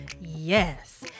Yes